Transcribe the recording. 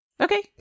Okay